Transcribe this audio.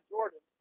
Jordan